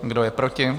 Kdo je proti?